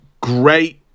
great